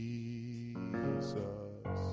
Jesus